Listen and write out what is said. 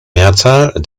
mehrzahl